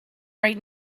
right